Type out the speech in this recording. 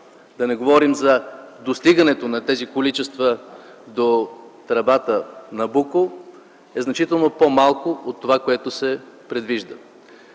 да не говорим за достигането на тези количества до тръбата „Набуко”, е значително по-малко от това, което се предвижда.